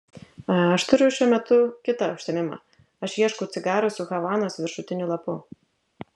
aš turiu šiuo metu kitą užsiėmimą aš ieškau cigarų su havanos viršutiniu lapu